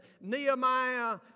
Nehemiah